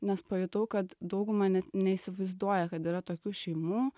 nes pajutau kad dauguma net neįsivaizduoja kad yra tokių šeimų